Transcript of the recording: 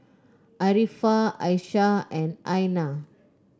Arifa Aisyah and Aina